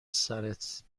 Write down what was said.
سرت